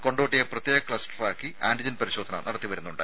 കൊണ്ടോട്ടിയെ പ്രത്യേക ക്ലസ്റ്റർ ആക്കി ആന്റിജൻ പരിശോധന നടത്തിവരുന്നുണ്ട്